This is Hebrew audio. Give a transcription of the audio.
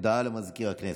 הודעה למזכיר הכנסת.